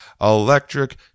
Electric